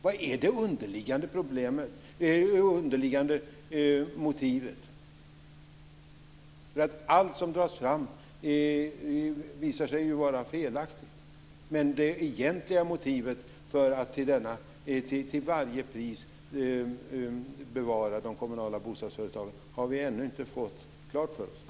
Vad är det underliggande motivet? Allt som dras fram visar sig ju vara felaktigt. Det egentliga motivet till att till varje pris bevara de kommunala bostadsföretagen har vi ännu inte fått klart för oss.